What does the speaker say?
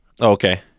Okay